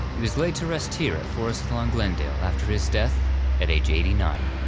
he was laid to rest here at forest lawn glendale after his death at age eighty nine.